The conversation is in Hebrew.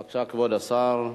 בבקשה, כבוד השר,